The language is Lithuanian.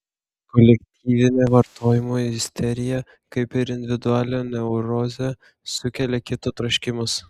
kolektyvinę vartojimo isteriją kaip ir individualią neurozę sukelia kito troškimas